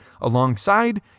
alongside